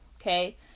okay